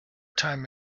time